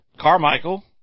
Carmichael